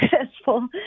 successful